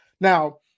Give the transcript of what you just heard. Now